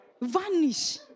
vanish